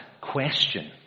question